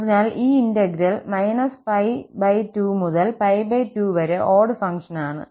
അതിനാൽ ഈ ഇന്റഗ്രൽ −2മുതൽ 2 വരെ ഓട് ഫംഗ്ഷൻ ആണ്